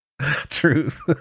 Truth